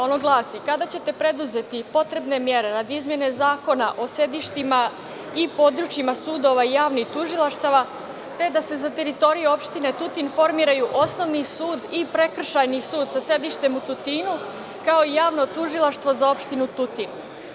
Ono glasi – kada ćete preduzeti potrebne mere radi izmene Zakona o sedištima i područjima sudova javnih tužilaštava, te da se za teritorije opštine Tutin formiraju osnovni sud i prekršajni sud sa sedištem u Tutinu, kao i javno tužilaštvo za opštinu Tutin?